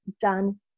done